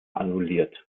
annulliert